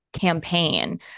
campaign